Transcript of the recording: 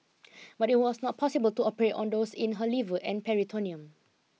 but it was not possible to operate on those in her liver and peritoneum